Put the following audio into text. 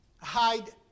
hide